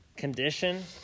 condition